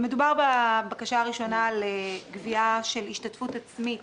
בבקשה הראשונה מדובר על גביה של השתתפות עצמית